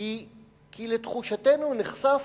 היא כי לתחושתנו נחשף